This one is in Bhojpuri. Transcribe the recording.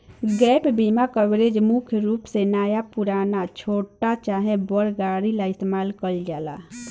गैप बीमा कवरेज मुख्य रूप से नया पुरान, छोट चाहे बड़ गाड़ी ला इस्तमाल कईल जाला